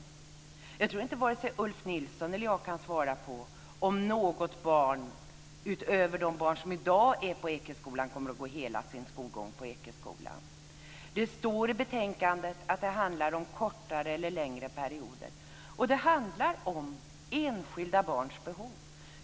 Jag tror inte att vare sig Ulf Nilsson eller jag kan svara på om något barn utöver de barn som i dag är på Ekeskolan kommer att gå hela sin skolgång på Ekeskolan. Det står i betänkandet att det handlar om kortare eller längre perioder, och det handlar om enskilda barns behov.